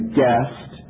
guest